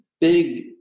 big